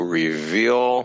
reveal